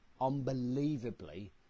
unbelievably